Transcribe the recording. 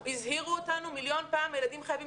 הזהירו אותנו מיליון פעם שהילדים חייבים